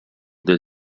del